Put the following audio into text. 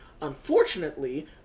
Unfortunately